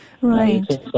Right